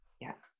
Yes